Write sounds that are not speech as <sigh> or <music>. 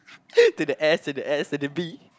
<laughs> to the S to the S to the B